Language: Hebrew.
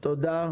תודה.